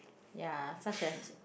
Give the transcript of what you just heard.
ya such as